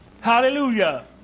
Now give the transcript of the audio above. Hallelujah